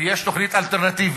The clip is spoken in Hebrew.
ויש תוכנית אלטרנטיבית,